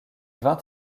vint